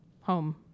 home